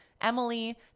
Emily